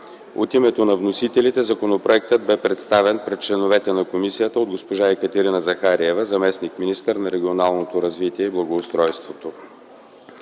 От името на вносителите законопроектът бе представен пред членовете на комисията от госпожа Екатерина Захариева – заместник-министър на регионалното развитие и благоустройството.